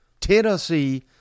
Tennessee